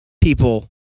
people